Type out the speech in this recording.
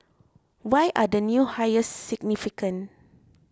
why are the new hires significant